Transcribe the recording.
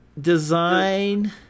Design